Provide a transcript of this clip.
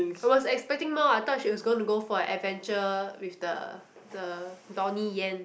I was expecting more I thought she was going to go for an adventure with the the Donnie-Yen